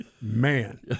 man